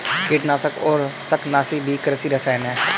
कीटनाशक और शाकनाशी भी कृषि रसायन हैं